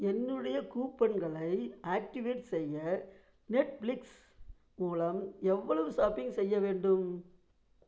என்னுடைய கூப்பன்களை ஆக்டிவேட் செய்ய நெட்ஃப்ளிக்ஸ் மூலம் எவ்வளவு ஷாப்பிங் செய்ய வேண்டும்